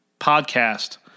Podcast